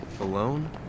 alone